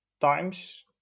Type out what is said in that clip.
times